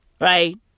right